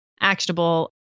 actionable